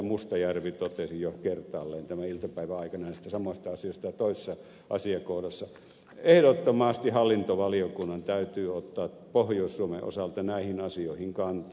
mustajärvi totesi jo kertaalleen tämän iltapäivän aikana näistä samoista asioista toisessa asiakohdassa ehdottomasti hallintovaliokunnan täytyy ottaa pohjois suomen osalta näihin asioihin kantaa